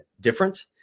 different